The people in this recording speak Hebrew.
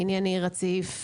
ענייני, רציף,